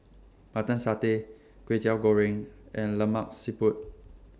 Mutton Satay Kwetiau Goreng and Lemak Siput